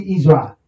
Israel